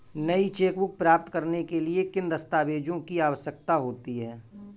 नई चेकबुक प्राप्त करने के लिए किन दस्तावेज़ों की आवश्यकता होती है?